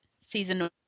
season